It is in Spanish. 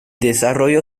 desarrollo